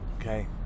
okay